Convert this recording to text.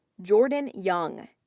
jordan young,